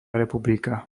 republika